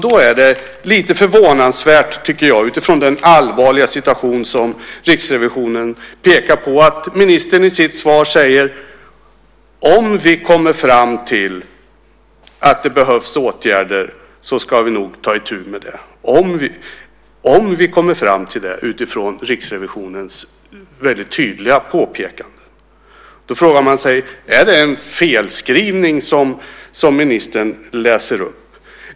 Då är det lite förvånansvärt, tycker jag, utifrån den allvarliga situation som Riksrevisionen pekar på att ministern i sitt svar säger: Om vi kommer fram till att det behövs åtgärder ska vi nog ta itu med det - om vi kommer fram till det utifrån Riksrevisionens väldigt tydliga påpekanden. Då frågar man sig: Är det en felskrivning som ministern läser upp?